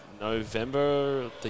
November